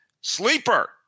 Sleeper